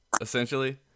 essentially